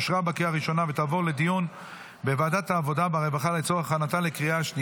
לוועדת העבודה והרווחה נתקבלה.